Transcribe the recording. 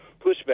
pushback